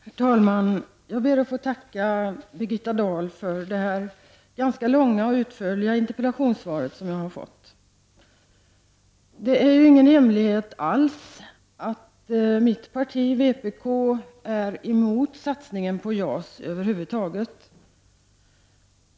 Herr talman! Jag ber att få tacka Birgitta Dahl för det ganska långa och utförliga interpellationssvar som jag har fått. Det är ingen hemlighet att mitt parti, vpk, är emot satsningen på JAS över huvud taget.